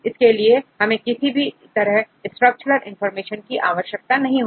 इसके लिए हमें किसी भी तरह की स्ट्रक्चरल इंफॉर्मेशन की आवश्यकता नहीं होती